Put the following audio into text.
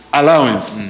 allowance